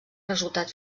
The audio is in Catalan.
resultat